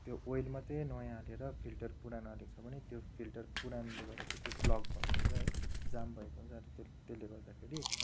त्यो ओइल मात्रै नयाँ हालेर फिल्टर पुरानो हालेको छ भने त्यो फिल्टर पुरानोले गर्दाखेरि त्यो ब्लक भएको हुन्छ है जाम भएको हुन्छ त्यसले गर्दाखेरि